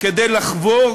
כדי לחבור